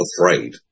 afraid